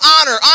honor